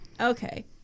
Okay